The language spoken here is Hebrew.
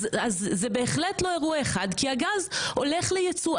זה בהחלט לא אירוע אחד כי הגז הולך ליצוא.